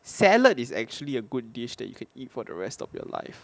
salad is actually a good dish that you can eat for the rest of your life